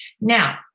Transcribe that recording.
now